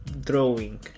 drawing